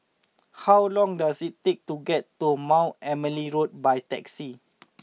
how long does it take to get to Mount Emily Road by taxi